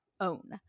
own